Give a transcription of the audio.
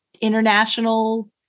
international